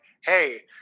hey